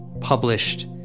published